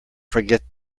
forget